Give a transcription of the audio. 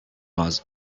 was